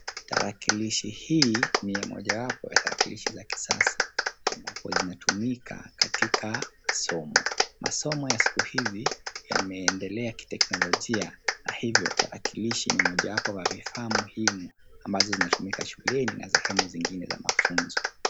Tarakilishi hii, ni mojawapo ya tarakilishi za kisasa, ambapo zinatumika katika somo. Masomo ya siku hivi, yameendelea kiteknolojia, na hivyo, tarakilishi ni mojawapo wa vifaa muhimu, ambazo zinatumika shuleni, na sehemu zingine za mafuzno.